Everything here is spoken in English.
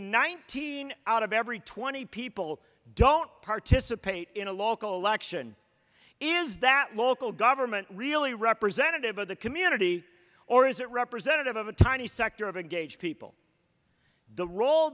nineteen out of every twenty people don't participate in a local election is that local government really representative of the community or is it representative of a tiny sector of engaged people the role